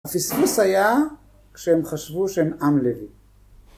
הפספוס היה כשהם חשבו שהם עם לוי.